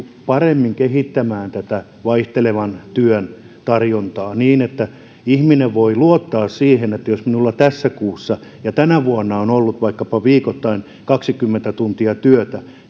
paremmin kehittämään vaihtelevan työn tarjontaa niin että ihminen voi luottaa siihen että jos hänellä tässä kuussa ja tänä vuonna on ollut vaikkapa viikoittain kaksikymmentä tuntia työtä